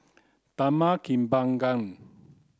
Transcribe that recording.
Taman Kembangan